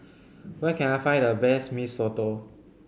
where can I find the best Mee Soto